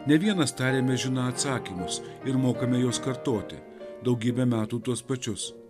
ne vienas tarėme žiną atsakymus ir mokame juos kartoti daugybę metų tuos pačius